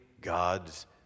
God's